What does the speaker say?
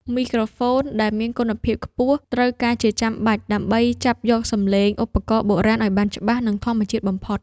មីក្រូហ្វូនដែលមានគុណភាពខ្ពស់ ត្រូវការជាចាំបាច់ដើម្បីចាប់យកសំឡេងឧបករណ៍បុរាណឱ្យបានច្បាស់ និងធម្មជាតិបំផុត។